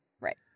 right